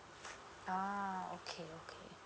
uh okay okay